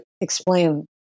explain